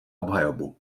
obhajobu